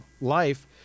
life